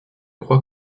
crois